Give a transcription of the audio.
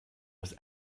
was